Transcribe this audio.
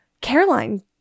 Caroline